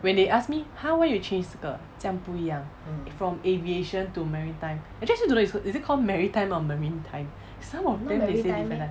when they ask me !huh! why you change 这个这样不一样 from aviation to maritime actually I don't know is it called maritime or marine time some of them say